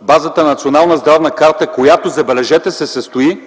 базата на Национална здравна карта, която, забележете, се състои